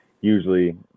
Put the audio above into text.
usually